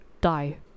die